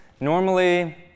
normally